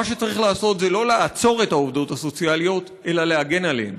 מה שצריך לעשות זה לא לעצור את העובדות הסוציאליות אלא להגן עליהן.